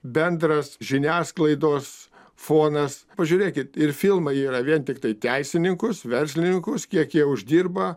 bendras žiniasklaidos fonas pažiūrėkit ir filmai yra vien tiktai teisininkus verslininkus kiek jie uždirba